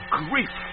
grief